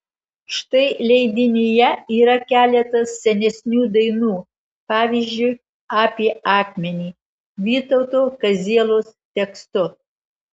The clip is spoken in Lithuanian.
štai leidinyje yra keletas senesnių dainų pavyzdžiui apie akmenį vytauto kazielos tekstu